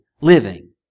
living